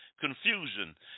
confusion